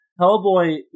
Hellboy